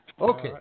Okay